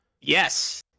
yes